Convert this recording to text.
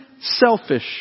selfish